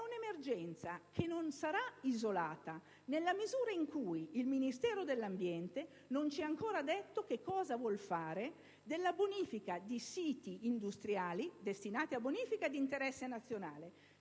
emergenza non sarà isolata nella misura in cui il Ministero dell'ambiente non ci ha ancora detto che cosa vuol fare dei siti industriali destinati a bonifica e di interesse nazionale.